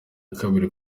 kabiri